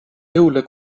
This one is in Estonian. jõule